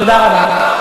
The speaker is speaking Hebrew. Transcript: תודה רבה.